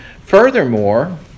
Furthermore